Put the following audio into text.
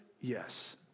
Yes